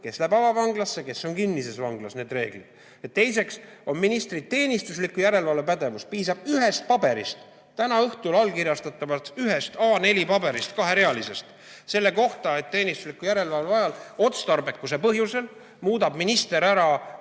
kes läheb avavanglasse, kes on kinnises vanglas. Ja teiseks on ministril teenistusliku järelevalve pädevus. Piisab ühest paberist, täna õhtul allkirjastatavast ühest A4‑paberist, kaherealisest [sõnumist] selle kohta, et teenistusliku järelevalve ajal otstarbekuse põhjusel muudab minister ära